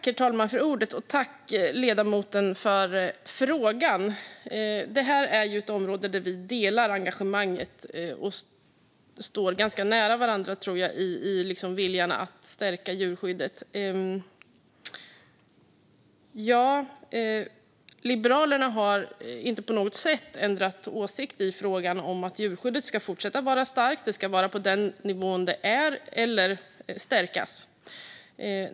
Herr talman! Tack, ledamoten, för frågan! Det här är ett område där vi delar engagemanget och står ganska nära varandra, tror jag, i viljan att stärka djurskyddet. Liberalerna har inte på något sätt ändrat åsikt i frågan om att djurskyddet ska fortsätta att vara starkt. Det ska vara på den nivån det är eller stärkas.